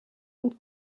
und